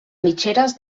mitgeres